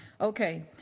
Okay